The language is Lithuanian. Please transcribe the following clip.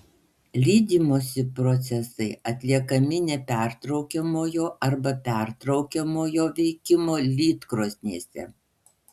lydymosi procesai atliekami nepertraukiamojo arba pertraukiamojo veikimo lydkrosnėse